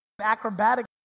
acrobatic